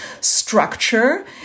structure